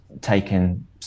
taken